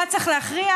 מה צריך להכריע,